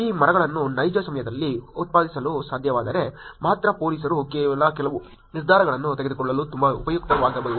ಈ ಮರಗಳನ್ನು ನೈಜ ಸಮಯದಲ್ಲಿ ಉತ್ಪಾದಿಸಲು ಸಾಧ್ಯವಾದರೆ ಮಾತ್ರ ಪೊಲೀಸರು ಕೆಲವು ನಿರ್ಧಾರಗಳನ್ನು ತೆಗೆದುಕೊಳ್ಳಲು ತುಂಬಾ ಉಪಯುಕ್ತವಾಗಬಹುದು